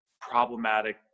problematic